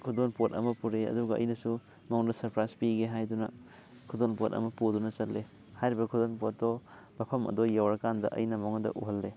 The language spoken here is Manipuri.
ꯈꯨꯗꯣꯜ ꯄꯣꯠ ꯑꯃ ꯄꯣꯔꯛꯏ ꯑꯗꯨꯒ ꯑꯩꯅꯁꯨ ꯃꯉꯣꯟꯗ ꯁꯔꯄ꯭ꯔꯥꯏꯁ ꯄꯤꯒꯦ ꯍꯥꯏꯗꯨꯅ ꯈꯨꯗꯣꯜ ꯄꯣꯠ ꯑꯃ ꯄꯨꯗꯨꯅ ꯆꯠꯂꯦ ꯍꯥꯏꯔꯤꯕ ꯈꯨꯗꯣꯜꯄꯣꯠꯇꯣ ꯃꯐꯝ ꯑꯗꯣ ꯌꯧꯔꯀꯥꯟꯗ ꯑꯩꯅ ꯃꯉꯣꯟꯗ ꯎꯍꯜꯂꯦ